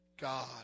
God